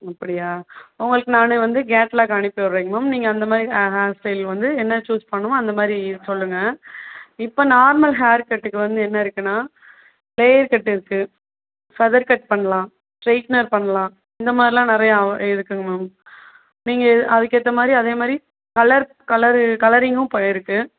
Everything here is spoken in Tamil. அப்டியா உங்களுக்கு நானே வந்து கேட்லாக் அனுப்பி விட்றேங்க மேம் நீங்கள் அந்த மாதிரி ஹே ஹேர் ஸ்டைல் வந்து என்ன சூஸ் பண்ணணுமோ அந்த மாதிரி சொல்லுங்க இப்போது நார்மல் ஹேர் கட்க்கு வந்து என்ன இருக்குதுன்னா லேயர் கட் இருக்குது ஃபதர் கட் பண்ணலாம் ஸ்ட்ரைட்னர் பண்ணலாம் இந்த மாதிரிலாம் நிறைய அவ இருக்கும் மேம் நீங்க அதுக்கேற்ற மாதிரி அதே மாதிரி கலர் கலரு கலரிங்கும் இப்போ இருக்குது